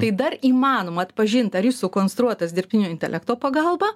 tai dar įmanoma atpažint ar jis sukonstruotas dirbtinio intelekto pagalba